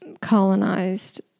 colonized